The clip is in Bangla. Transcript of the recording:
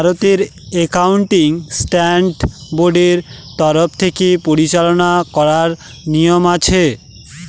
ভারতের একাউন্টিং স্ট্যান্ডার্ড বোর্ডের তরফ থেকে পরিচালনা করার নিয়ম আছে